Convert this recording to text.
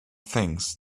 things